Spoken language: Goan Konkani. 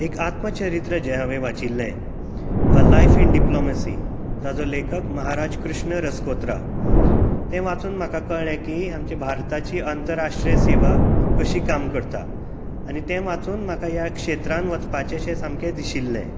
एक आत्मचरित्र जें हांवें वाचिल्लें ए लाइफ इन डिप्लोमेसी ताचो लेखक महाराज कृष्ण रस्कोत्रा तें वाचून म्हाका कळलें की आमची भारताची आंतरराष्ट्रीय सेवा कशी काम करता आनी तें वाचून म्हाका ह्या क्षेत्रांत वचपाचेंशें सामकें दिशिल्लें